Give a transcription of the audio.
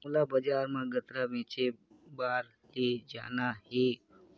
मोला बजार मां गन्ना बेचे बार ले जाना हे